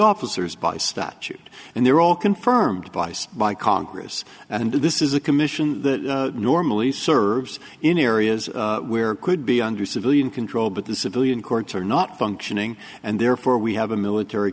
officers by statute and they're all confirmed by by congress and this is a commission that normally serves in areas where it could be under civilian control but the civilian courts are not functioning and therefore we have a military